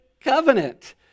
covenant